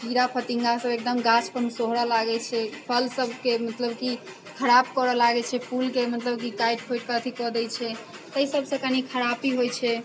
तऽ कीड़ा फतिङ्गा सब एकदम गाछ पर सोहरै लागैत छै फल सबके मतलब कि खराप करै लागैत छै फूलके मतलब कि काटि खोटि कऽ अथी कऽ दै छै एहि सबसँ कनी खरापी होइत छै